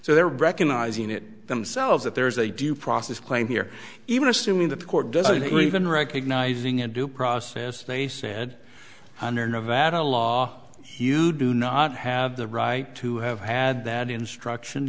so they're recognizing it themselves that there is a due process claim here even assuming that the court doesn't even recognizing a due process they said under no vattel law you do not have the right to have had that instruction